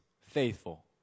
faithful